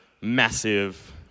massive